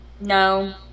No